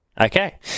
Okay